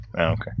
Okay